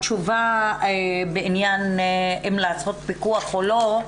התשובה אם לעשות פיקוח או לא,